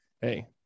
hey